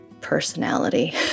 personality